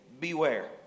beware